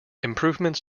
improvements